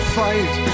fight